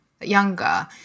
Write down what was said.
younger